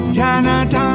Chinatown